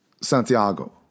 Santiago